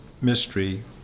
mystery